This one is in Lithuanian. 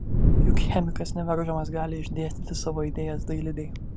juk chemikas nevaržomas gali išdėstyti savo idėjas dailidei